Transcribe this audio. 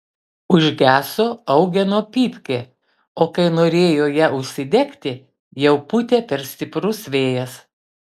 užgeso eugeno pypkė o kai norėjo ją užsidegti jau pūtė per stiprus vėjas